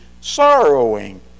sorrowing